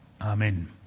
Amen